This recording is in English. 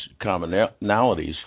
commonalities